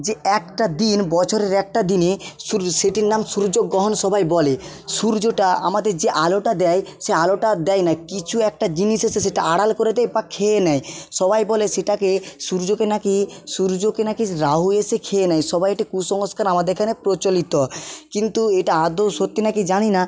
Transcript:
যে একটা দিন বছরের একটা দিনে সূর সেটির নাম সূর্যগ্রহণ সবাই বলে সূর্যটা আমাদের যে আলোটা দেয় সে আলোটা আর দেয় না কিছু একটা জিনিস এসে সেটা আড়াল করে দেয় বা খেয়ে নেয় সবাই বলে সেটাকে সূর্যকে না কি সূর্যকে না কি রাহু এসে খেয়ে নেয় সবাই এটা কুসংস্কার আমাদের এখানে প্রচলিত কিন্তু এটা আদৌ সত্যি না কি জানি না